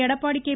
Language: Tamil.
எடப்பாடி கே